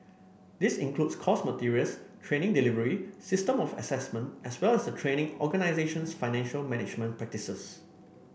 this includes course materials training delivery system of assessment as well as the training organisation's financial management practices